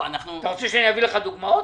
אתה רוצה שאני אביא לך דוגמאות?